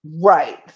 Right